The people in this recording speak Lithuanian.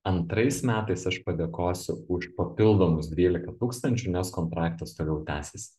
antrais metais aš padėkosiu už papildomus dvylika tūkstančių nes kontraktas toliau tęsis